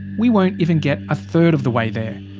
we won't even get a third of the way there.